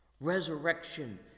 Resurrection